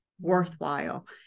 worthwhile